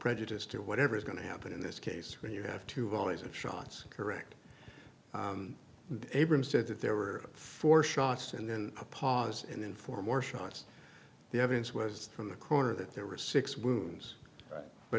prejudice to whatever is going to happen in this case when you have to volleys of shots correct abrams said that there were four shots and then a pause and then four more shots the evidence was from the corner that there were six wounds but